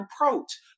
approach